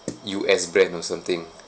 U_S brand or something